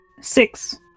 Six